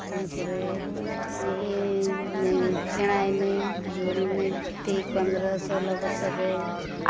ᱤᱱᱟᱹ ᱯᱚᱨᱮ ᱤᱧ ᱥᱮᱬᱟᱭᱮᱱᱟᱹᱧ ᱡᱩᱣᱟᱹᱱᱮᱱᱟᱹᱧ ᱛᱤ ᱯᱚᱱᱨᱚ ᱥᱳᱞᱞᱳ ᱵᱚᱪᱷᱚᱨ ᱨᱮ